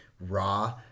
raw